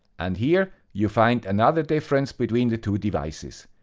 and here, you find another difference between the two devices.